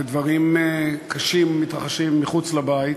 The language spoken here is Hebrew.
ודברים קשים מתרחשים מחוץ לבית.